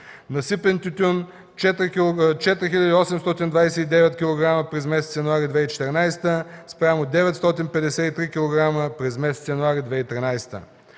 насипен тютюн – 4829 кг. през месец януари 2014 спрямо 953 кг. през месец януари 2013